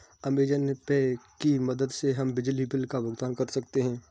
Amazon Pay की मदद से हम बिजली बिल का भुगतान कर सकते हैं